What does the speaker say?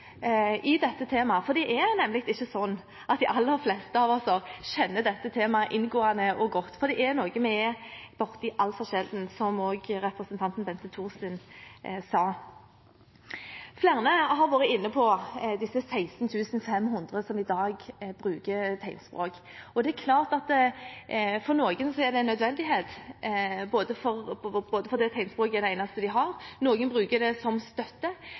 i det. Det er nemlig ikke sånn at de fleste av oss kjenner dette temaet inngående og godt. Dette er noe vi er borti altfor sjelden, som representanten Bente Thorsen sa. Flere har nevnt de 16 500 som bruker tegnspråk i dag. Det er klart at det for noen er en nødvendighet fordi tegnspråk er det eneste de har. Noen bruker det som støtte.